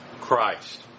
Christ